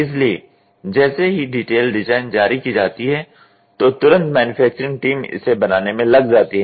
इसलिए जैसे ही डिटेल डिज़ाइन जारी की जाती है तो तुरंत मैन्युफैक्चरिंग टीम इसे बनाने में लग जाती है